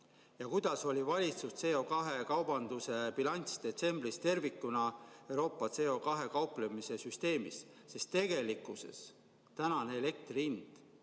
ja milline oli valitsuse CO2kaubanduse bilanss detsembris tervikuna Euroopa CO2-ga kauplemise süsteemis? Tegelikkuses tänane elektri hind